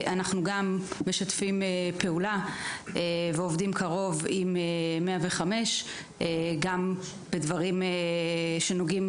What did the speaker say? אנחנו משתפים פעולה ועובדים עם 105 גם בדברים שנוגעים